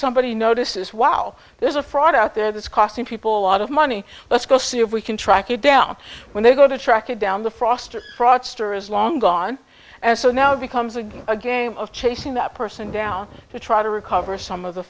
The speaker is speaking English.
somebody notices wow there's a fraud out there that's costing people lot of money let's go see if we can track it down when they go to track it down the frost fraudster is long gone and so now it becomes again a game of chasing that person down to try to recover some of the